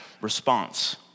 response